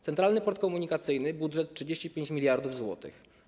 Centralny Port Komunikacyjny - budżet 35 mld zł.